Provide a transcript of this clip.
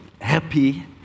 happy